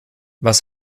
was